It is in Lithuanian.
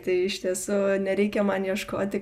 tai iš tiesų nereikia man ieškoti